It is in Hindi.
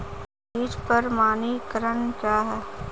बीज प्रमाणीकरण क्या है?